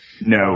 No